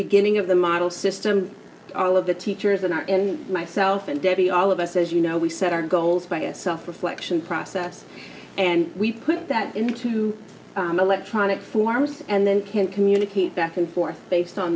beginning of the model system all of the teachers in our and myself and debbie all of us as you know we set our goals by a soft reflection process and we put that into electronic forms and then can communicate back and forth based on